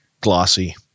glossy